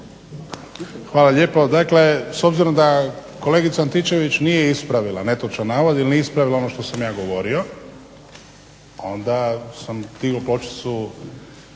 Hvala lijepo. Dakle s obzirom da kolegica Antičević nije ispravila netočan navod, i nije ispravila ono što sam ja govorio, onda sam digao pločicu